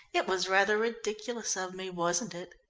it was rather ridiculous of me, wasn't it?